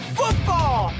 football